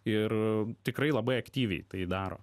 ir tikrai labai aktyviai tai daro